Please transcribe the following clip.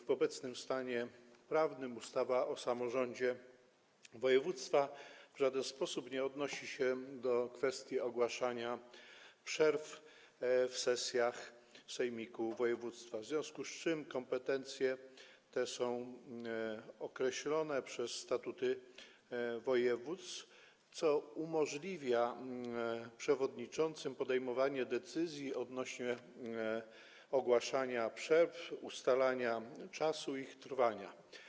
W obecnym stanie prawnym ustawa o samorządzie województwa w żaden sposób nie odnosi się do kwestii ogłaszania przerw w sesjach sejmiku województwa, w związku z czym kompetencje te są określone przez statuty województw, co umożliwia przewodniczącym podejmowanie decyzji odnośnie do ogłaszania przerw czy ustalania czasu ich trwania.